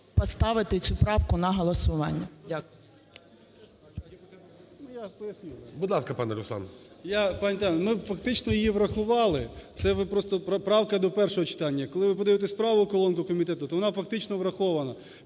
поставити цю правку на голосування.